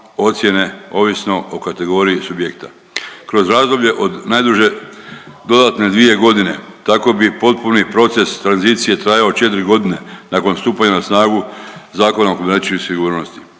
ocjene ovisno o kategoriji subjekta. Kroz razdoblje od najduže dodatne dvije godine tako bi potpuni proces tranzicije trajao četiri godine nakon stupanja na snagu Zakona o kibernetičkoj sigurnosti.